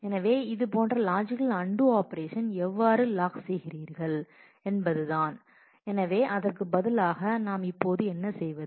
எனவே இதுபோன்ற logical undo operation எவ்வாறு லாக் செய்கிறீர்கள் என்பதுதான் எனவே அதற்கு பதிலாக நாம் இப்போது என்ன செய்வது